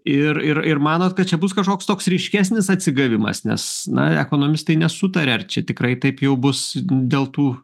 ir ir ir manot kad čia bus kažkoks toks ryškesnis atsigavimas nes na ekonomistai nesutaria ar čia tikrai taip jau bus dėl tų